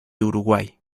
uruguay